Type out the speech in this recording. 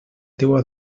teua